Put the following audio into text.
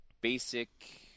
basic